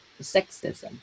sexism